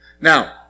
Now